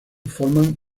forman